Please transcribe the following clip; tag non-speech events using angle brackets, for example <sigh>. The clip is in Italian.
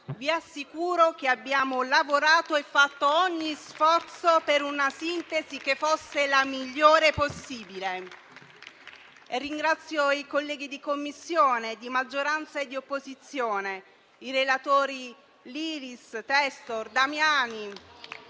vi assicuro che abbiamo lavorato e fatto ogni sforzo per la migliore possibile. <applause> Ringrazio i colleghi di Commissione, di maggioranza e di opposizione, i relatori Liris, Testor e Damiani